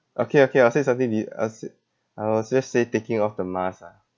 okay okay I'll say something di~ I'll say I will just say taking off the mask ah